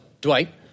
Dwight